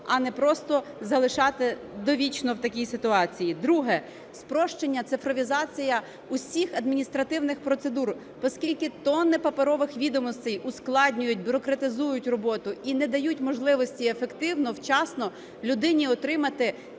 а не просто залишати довічно в такій ситуації. Друге. Спрощення, цифровізація всіх адміністративних процедур, поскільки тонни паперових відомостей ускладнюють, бюрократизують роботу і не дають можливості ефективно, вчасно людині отримати ті